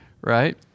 Right